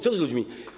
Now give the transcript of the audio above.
Co z ludźmi?